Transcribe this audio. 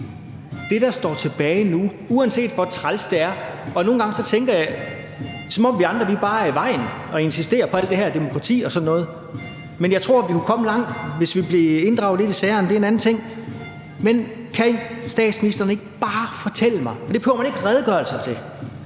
Det, der står tilbage nu, uanset hvor træls det er – og nogle gange tænker jeg, at det er, som om vi andre bare er i vejen og insisterer på alt det her demokrati og sådan noget – er, at jeg tror, at vi kunne komme langt, hvis vi blev inddraget lidt i sagerne, og det er en anden ting. Men kan statsministeren ikke bare fortælle mig – og det behøver man ikke redegørelser til